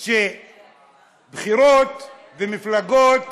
שבבחירות ובמפלגות